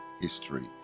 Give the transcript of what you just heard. history